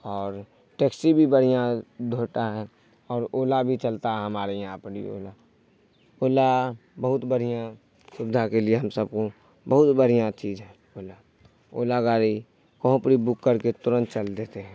اور ٹیکسی بھی بڑھیا ڈھوتا ہے اور اولا بھی چلتا ہے ہمارے یہاں پر بھی اولا اولا بہت بڑھیا سویدھا کے لیے ہم سب کو بہت بڑھیا چیز ہے اولا اولا گاڑی کہوں پری بک کر کے ترنت چل دیتے ہیں